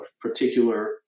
particular